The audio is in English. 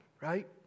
right